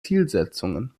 zielsetzungen